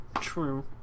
True